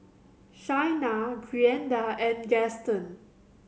Shaina Brianda and Gaston